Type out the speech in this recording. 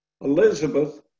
Elizabeth